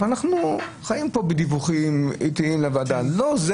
אנחנו חיים כאן עם דיווחים עיתיים לוועדה ולא זה